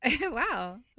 Wow